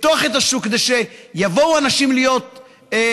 לפתוח את השוק כדי שיבואו אנשים להיות נהגים,